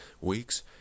weeks